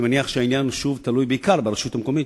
אני מניח שהעניין תלוי בעיקר ברשות המקומית,